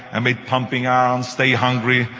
i made pumping iron, stay hungry.